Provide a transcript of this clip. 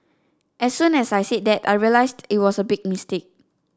as soon as I said that I realised it was a big mistake